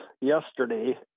yesterday